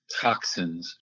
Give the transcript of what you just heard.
toxins